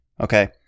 Okay